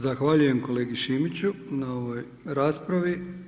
Zahvaljujem kolegi Šimiću na ovoj raspravi.